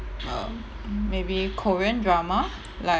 um maybe korean drama like